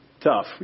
tough